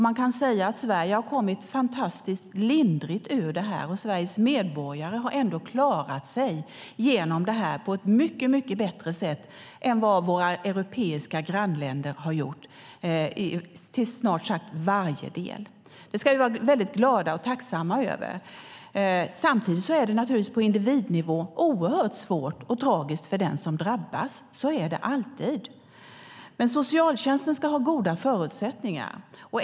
Man kan säga att Sverige har kommit fantastiskt lindrigt ur detta, och Sveriges medborgare har ändå klarat sig igenom detta på ett mycket bättre sätt än våra europeiska grannländer har gjort i snart sagt varje del. Det ska vi vara glada och tacksamma över. Samtidigt är det naturligtvis på individnivå oerhört svårt och tragiskt för den som drabbas; så är det alltid. Socialtjänsten ska ha goda förutsättningar.